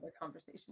conversation